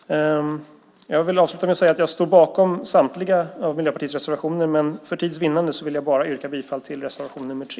Jag vill avsluta med att säga att jag står bakom samtliga av Miljöpartiets reservationer, men för tids vinnande vill jag yrka bifall bara till reservation nr 3.